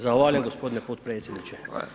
Zahvaljujem gospodine podpredsjedniče.